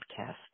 podcast